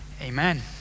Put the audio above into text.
Amen